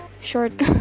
short